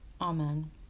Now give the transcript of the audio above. Amen